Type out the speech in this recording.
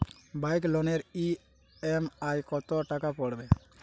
Bike লোনের EMI কত টাকা পড়বে?